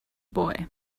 boy